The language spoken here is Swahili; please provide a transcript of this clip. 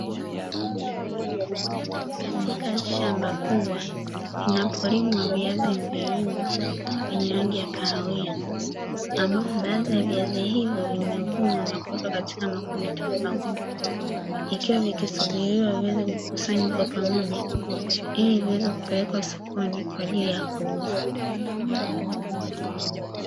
Katika shamba kubwa inapolimwa viazi mviringo vyenye rangi ya kahawia ambapo baadhi ya viazi hivyo vimevunwa na kuweka katika makundi tofauti kwa pamoja ili viweze kupelekwa sokoni kwa ajili ya kuuzwa.